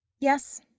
Yes